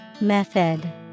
Method